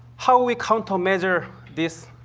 how we countermeasure these